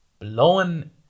Blowing